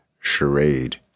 charade